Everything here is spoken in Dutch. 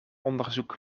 onderzoek